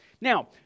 Now